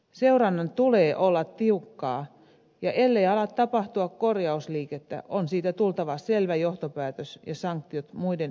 seurannan tulee olla tiukkaa ja ellei ala tapahtua korjausliikettä on siitä tultava selvä johtopäätös ja sanktiot muiden yhteisenä rintamana